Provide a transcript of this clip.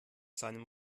seinem